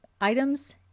items